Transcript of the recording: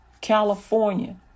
California